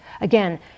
Again